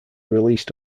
released